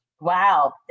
Wow